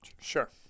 Sure